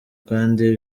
kandi